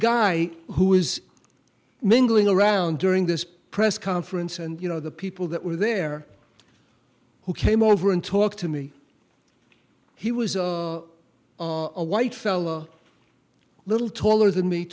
guy who is mingling around during this press conference and you know the people that were there who came over and talked to me he was a white fella little taller than me